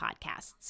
Podcasts